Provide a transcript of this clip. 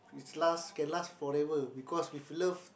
its lasts can last forever because with love